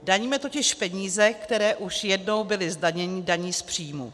Daníme totiž peníze, které už jednou byly zdaněny daní z příjmu.